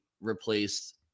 replaced